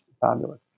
fabulous